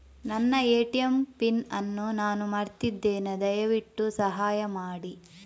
ನನ್ನ ATM PIN ಅನ್ನು ನಾನು ಮರ್ತಿದ್ಧೇನೆ, ದಯವಿಟ್ಟು ಸಹಾಯ ಮಾಡಿ